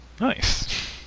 Nice